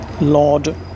Lord